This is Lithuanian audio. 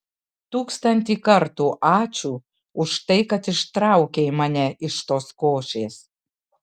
tūkstantį kartų ačiū už tai kad ištraukei mane iš tos košės